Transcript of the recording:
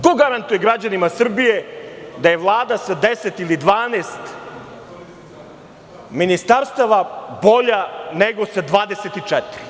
Ko garantuje građanima Srbije da je Vlada sa deset i dvanaest ministarstava bolja nego sa 24?